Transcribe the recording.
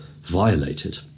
violated